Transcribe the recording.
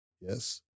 Yes